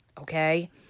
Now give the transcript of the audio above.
okay